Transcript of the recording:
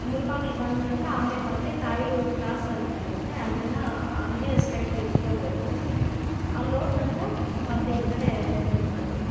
ಮುಳ್ಬಾಗ್ಲು ಬಂದ ನಂತರ ಆಮೇಲೆ ಮತ್ತು ತಾಯ್ಲೂರು ಕ್ರಾಸ್ ಅಂತ ಇರುತ್ತೆ ಅದನ್ನು ಹಂಗೆ ಸ್ಟ್ರೈಟ್ ತಿರ್ಕೊಬೇಕು ಅಲ್ಲೋದ ನಂತರ ಮತ್ತು ಈ ಕಡೆ ಲೆಫ್ಟಿಗ್ ಬರಬೇಕು